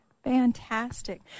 Fantastic